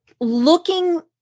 looking